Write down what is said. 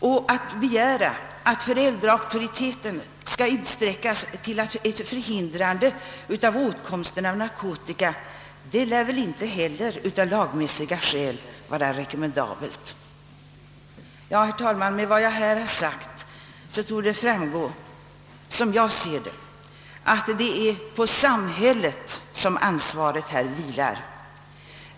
Och att begära att föräldrauktoriteten skall utsträckas till att förhindra åtkomsten av narkotika lär väl inte heller — av lagmässiga skäl — vara rekommendabelt. Herr talman! Av vad jag här sagt torde framgå att det, som jag ser det, är på samhället som ansvaret vilar.